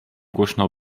głośno